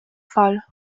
fall